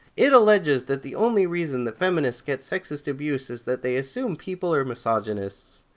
it alleges that the only reason that feminists get sexist abuse is that they assume people are misogynists.